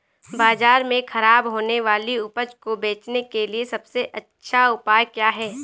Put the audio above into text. बाज़ार में खराब होने वाली उपज को बेचने के लिए सबसे अच्छा उपाय क्या हैं?